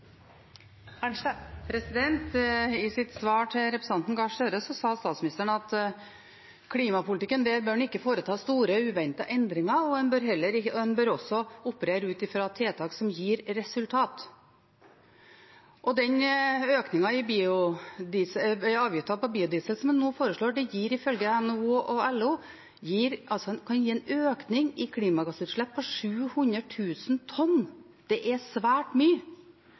I sitt svar til representanten Gahr Støre sa statsministeren at i klimapolitikken bør en ikke foreta store, uventede endringer, og en bør også operere ut fra tiltak som gir resultat. Den økningen i avgifter på biodiesel som en nå foreslår, kan ifølge NHO og LO gi en økning i klimagassutslipp på 700 000 tonn. Det er svært mye.